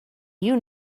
you